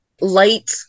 light